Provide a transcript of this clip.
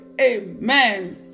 Amen